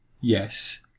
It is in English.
Yes